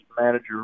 manager